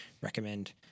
recommend